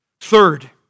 Third